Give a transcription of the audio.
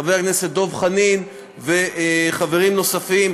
לחבר הכנסת דב חנין ולחברים נוספים,